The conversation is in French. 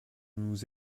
nous